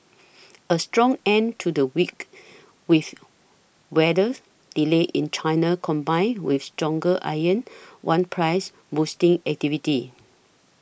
a strong end to the week with weather delays in China combined with stronger iron one prices boosting activity